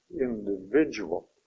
individual